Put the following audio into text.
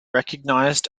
recognized